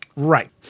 Right